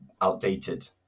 outdated